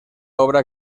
obra